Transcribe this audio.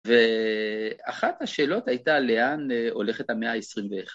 ואחת השאלות הייתה לאן הולכת המאה ה-21